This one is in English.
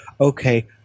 okay